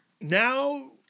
now